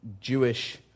Jewish